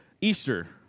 Easter